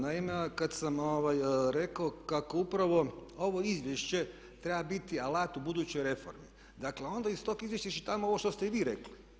Naime, kad sam rekao kako upravo ovo izvješće treba biti alat u budućoj reformi, dakle onda iz tog izvješća iščitavamo ovo što ste vi rekli.